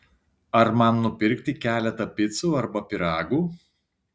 ar man nupirkti keletą picų arba pyragų